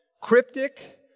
cryptic